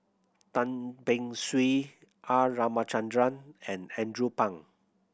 Tan Beng Swee R Ramachandran and Andrew Phang